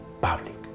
public